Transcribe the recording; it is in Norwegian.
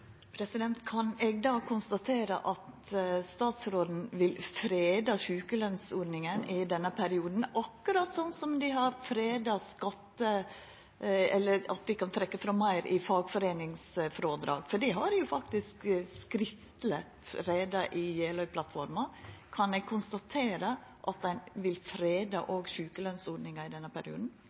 Kan eg då konstatera at statsråden vil freda sjukelønsordninga i denne perioden, og at ein kan trekkja frå meir i fagforeiningsfrådrag, slik dei faktisk har skriftleg i Jeløya-plattforma? Kan eg konstatera et ein òg vil freda sjukelønsordninga i denne perioden?